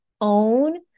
own